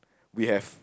we have